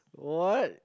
what